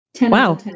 Wow